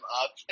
up